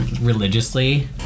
religiously